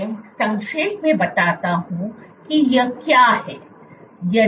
मैं संक्षेप में बताता हूँ कि यह क्या है